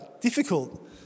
difficult